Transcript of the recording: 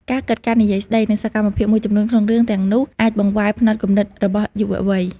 ការគិត ការនិយាយស្តី និងសកម្មភាពមួយចំនួនក្នុងរឿងទាំងនោះអាចបង្វែរផ្នត់គំនិតរបស់យុវវ័យ។